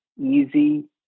easy